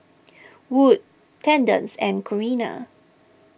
Wood Thaddeus and Corrina